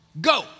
go